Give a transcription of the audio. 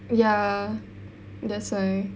ya that's why